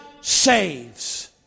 saves